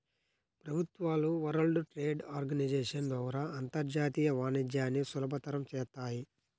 ప్రభుత్వాలు world trade organization ద్వారా అంతర్జాతీయ వాణిజ్యాన్ని సులభతరం చేత్తాయి